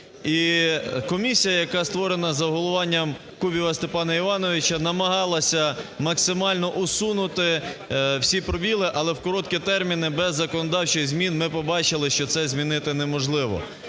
І комісія, яка створена за головуванням Кубіва Степана Івановича, намагалася максимально усунути всі пробіли, але в короткі терміни без законодавчих змін ми побачили, що це змінити неможливо.